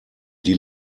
die